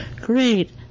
great